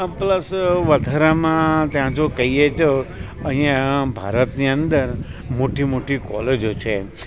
plus વધારામાં ત્યાં જો કહીએ તો અહીંયા ભારતની અંદર મોટી મોટી કોલેજો છે